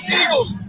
eagles